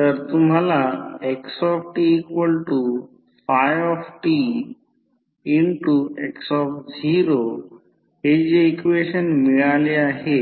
तर तुम्हाला xtφtx0 हे जे इक्वेशन मिळाले आहे